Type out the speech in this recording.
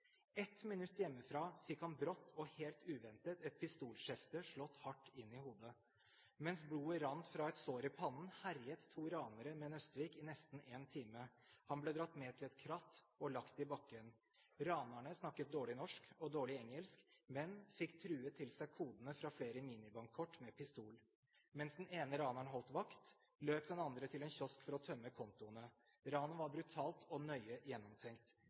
Ett minutt hjemmefra fikk han brått og helt uventet et pistolskjefte slått hardt inn i hodet. Mens blodet rant fra et sår i pannen, herjet to ranere med Nøstvik i nesten en time. Han ble dratt med til et kratt og lagt i bakken. Ranerne snakket dårlig norsk og dårlig engelsk, men fikk truet til seg kodene fra flere minibankkort med pistol. Mens den ene raneren holdt vakt, løp den andre til en kiosk for å tømme kontoene. Ranet var brutalt og nøye gjennomtenkt.